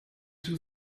two